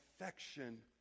affection